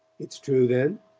it's true, then?